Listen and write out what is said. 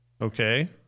Okay